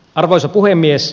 arvoisa puhemies